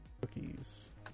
cookies